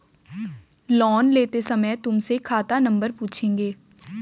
loan लेते समय तुमसे खाता नंबर पूछेंगे